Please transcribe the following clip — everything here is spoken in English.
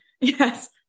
Yes